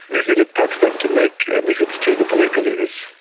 visited pakistan to make admittance to the political leaders.